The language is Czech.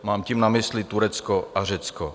Mám tím na mysli Turecko a Řecko.